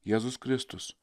jėzus kristus